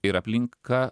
ir aplinka